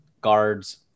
guards